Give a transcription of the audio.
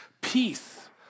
Peace